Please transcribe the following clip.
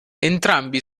entrambi